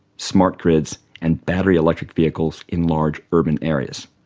smart grids and battery electric vehicles in large urban areas.